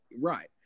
Right